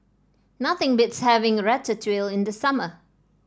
nothing beats having Ratatouille in the summer